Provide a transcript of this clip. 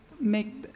make